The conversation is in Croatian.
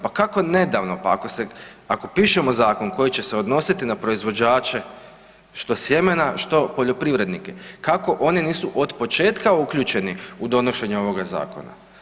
Pa kako nedavno, pa ako se, ako pišemo zakon koji će se odnositi na proizvođače, što sjemena, što poljoprivrednike, kako oni nisu otpočetka uključeni u donošenje ovoga zakona?